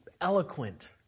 eloquent